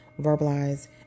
verbalize